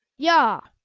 yah!